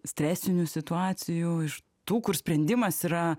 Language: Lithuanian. stresinių situacijų iš tų kur sprendimas yra